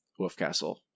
Wolfcastle